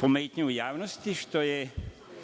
pometnju u javnosti, što je